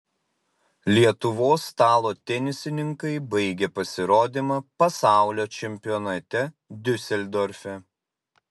lietuvos stalo tenisininkai baigė pasirodymą pasaulio čempionate diuseldorfe